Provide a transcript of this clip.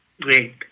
Great